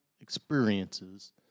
experiences